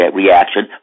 reaction